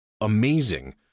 amazing